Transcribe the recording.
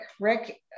Rick